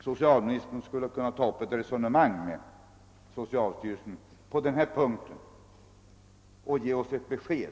Socialministern borde kunna ta upp ett resonemang med socialstyrelsen och ge oss besked.